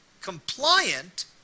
compliant